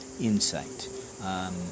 insight